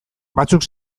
batzuk